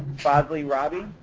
fazley rabbi,